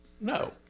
No